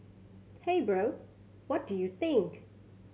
hey bro what do you think